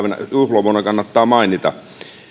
juhlavuonna kannattaa mainita